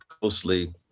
closely